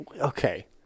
Okay